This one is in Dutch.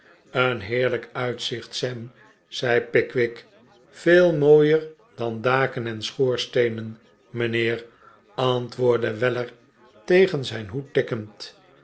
een heerlijk uitzicht sam zei pickwick veel mooier dan daken en schoorsteenen mijnheer antwoordde weller tegen zijn hoed tikkend